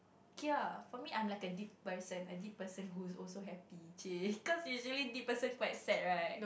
kay for me I'm like a deep person a deep person who's also happy chey cause usually deep person quite sad right